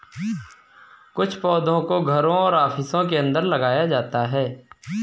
कुछ पौधों को घरों और ऑफिसों के अंदर लगाया जाता है